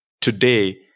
Today